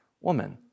woman